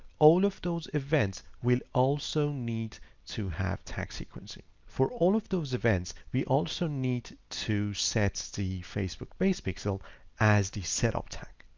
all of those events will also need to have tag sequencing. for all of those events, we also need to set the facebook base pixel as the setup tag.